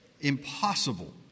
impossible